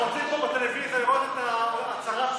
אנחנו רוצים פה טלוויזיה לראות את ההצהרה המשותפת.